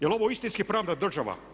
Je li ovo istinski pravna država?